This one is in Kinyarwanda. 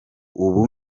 ubu